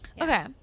Okay